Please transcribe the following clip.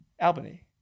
Albany